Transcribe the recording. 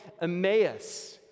Emmaus